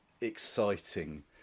exciting